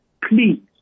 please